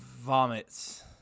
vomits